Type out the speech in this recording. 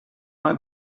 like